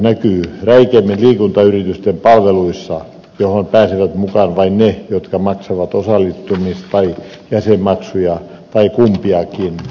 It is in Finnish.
eriarvoisuus näkyy räikeimmin liikuntayritysten palveluissa joihin pääsevät mukaan vain ne jotka maksavat osallistumis tai jäsenmaksuja tai kumpiakin